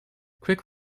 quick